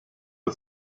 der